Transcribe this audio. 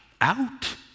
out